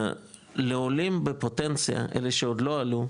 לעולם בפוטנציה, אלו שעוד לא עלו,